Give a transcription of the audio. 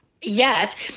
Yes